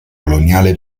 coloniale